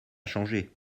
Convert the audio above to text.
changer